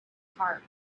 heart